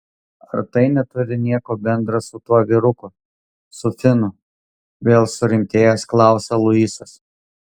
ar tai neturi nieko bendra su tuo vyruku su finu vėl surimtėjęs klausia luisas